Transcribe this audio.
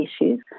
issues